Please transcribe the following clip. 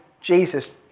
Jesus